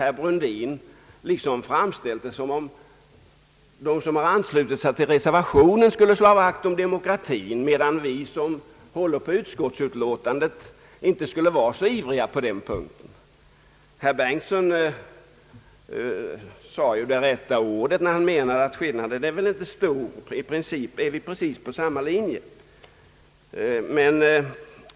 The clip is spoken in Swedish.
Herr Brundin har framställt saken som om de som anslutit sig till reservationen skulle slå vakt om demokratin, medan vi som håller på utskottsutlå tandet inte skulle vara så ivriga på den punkten. Herr Bengtson sade ju det rätta ordet, när han framhöll att skillnaden inte är stor. I princip är vi på samma linje.